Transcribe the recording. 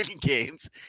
games